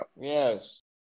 Yes